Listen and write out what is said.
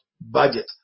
budget